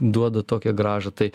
duoda tokią grąžą tai